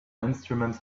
instruments